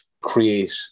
create